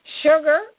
Sugar